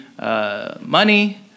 money